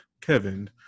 Kevin